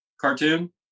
cartoon